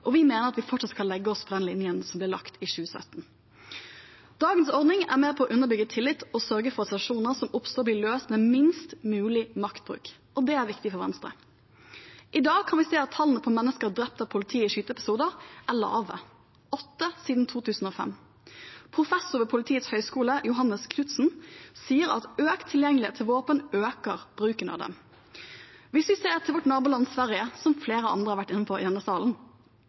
Vi mener at vi fortsatt skal legge oss på den linjen som ble lagt i 2017. Dagens ordning er med på å underbygge tillit og sørge for at situasjoner som oppstår, blir løst med minst mulig maktbruk. Det er viktig for Venstre. I dag kan vi se at tallene på mennesker drept av politiet i skyteepisoder er lave – åtte siden 2005. Professor ved Politihøgskolen Johannes Knutson sier at økt tilgjengelighet til våpen øker bruken av dem. Hvis vi ser til vårt naboland Sverige, som flere andre har vært inne på i denne salen,